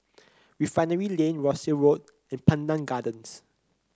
Refinery Lane Rosyth Road and Pandan Gardens